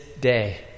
day